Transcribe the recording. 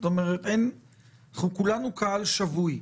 זאת אומרת, כולנו קהל שבוי.